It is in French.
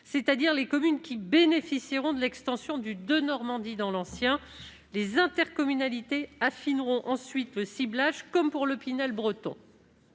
c'est-à-dire celles qui bénéficieront de l'extension du Denormandie dans l'ancien. Les intercommunalités affineront ensuite le ciblage, comme pour le « Pinel breton